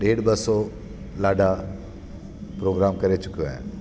ॾेढ ॿ सौ लाॾा प्रोगराम करे चुकियो आहियां